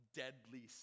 deadly